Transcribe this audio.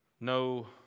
no